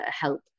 help